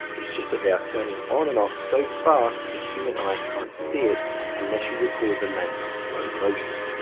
it's just that they are turning on and off so fast that the human eye can't see it unless you record the lamp in slow motion.